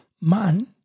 man